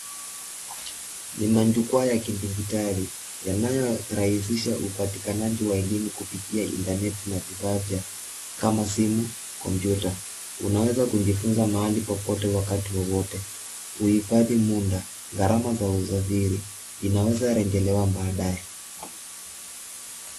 Ni majukwaa ya kidijitali yanayorahisisha upatikanaji wa elimu kupitia internet na bidhaa kama simu, kompyuta. Unawezakujifunza mahali popote wakati wowote. Hifudhi muda, gharama za usafiri. Inawezarejelewa baadae.